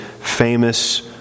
famous